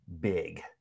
big